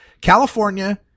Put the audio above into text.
California